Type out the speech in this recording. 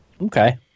Okay